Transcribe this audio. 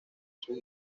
sus